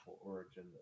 origin